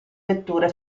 vetture